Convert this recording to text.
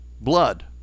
blood